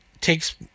takes